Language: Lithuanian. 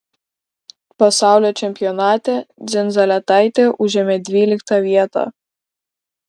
pasaulio čempionate dzindzaletaitė užėmė dvyliktą vietą